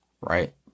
right